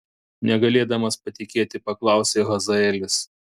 negalėdamas patikėti paklausė hazaelis